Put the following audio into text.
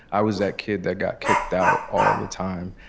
i was that kid that got kicked out all the time.